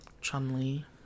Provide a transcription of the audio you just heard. Chun-Li